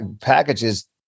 packages